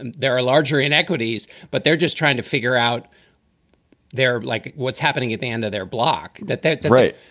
and there are larger inequities, but they're just trying to figure out they're like what's happening at the end of their block. that that's right.